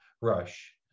rush